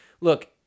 look